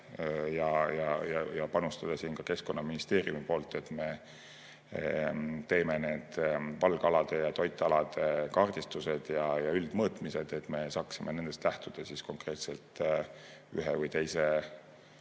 siia panustaks ka Keskkonnaministeerium. Me teeme need valgalade ja toitealade kaardistused ja üldmõõtmised, et me saaksime nendest lähtuda konkreetselt ühe või teise